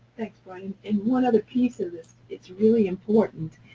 thanks, bryan. and one other piece of this it's really important,